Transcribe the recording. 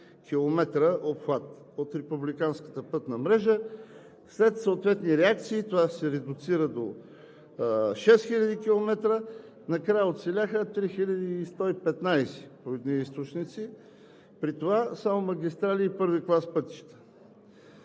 хил. км обхват от републиканската пътна мрежа? След съответни реакции това се редуцира до 6 хил. км, накрая оцеляха 3115 км по едни източници, при това само магистрали и първи клас пътища.